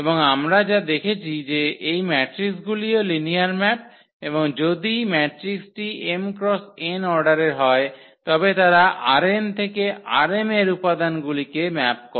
এবং আমরা যা দেখেছি যে এই ম্যাট্রিকগুলিও লিনিয়ার ম্যাপ এবং যদি ম্যাট্রিক্সটি m x n অর্ডারের হয় তবে তারা ℝn থেকে ℝm এর উপাদানগুলিকে ম্যাপ করে